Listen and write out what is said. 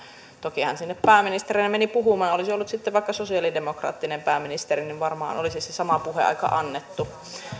toki hän sinne pääministerinä meni puhumaan olisi ollut sitten vaikka sosialidemokraattinen pääministeri niin varmaan olisi se sama puheaika annettu